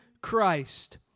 Christ